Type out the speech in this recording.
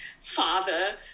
father